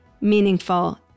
meaningful